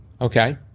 Okay